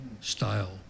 style